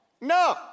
No